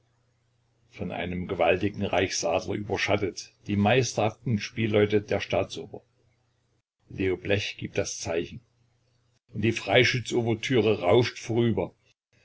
von einem gewaltigen reichsadler überschattet die meisterhaften spielleute der staatsoper leo blech gibt das zeichen und die freischütz ouvertüre rauscht vorüber